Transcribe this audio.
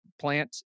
plant